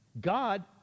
God